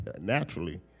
naturally